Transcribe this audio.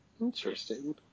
Interesting